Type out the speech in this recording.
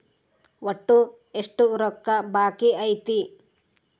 ಒಟ್ಟು ಎಷ್ಟು ರೊಕ್ಕ ಬಾಕಿ ಐತಿ?